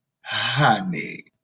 honey